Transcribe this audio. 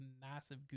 massive